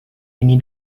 ini